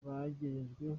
bagejejweho